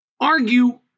argue